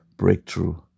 Breakthrough